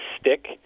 stick